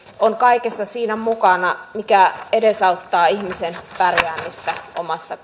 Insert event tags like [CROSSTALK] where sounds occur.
on kaikessa siinä mukana mikä edesauttaa ihmisen pärjäämistä omassa [UNINTELLIGIBLE]